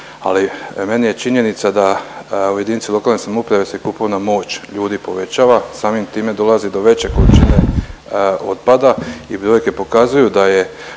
Ali meni je činjenica da u jedinici lokalne samouprave se kupovna moć ljudi povećava. Samim time dolazi do veće količine otpada i brojke pokazuju da je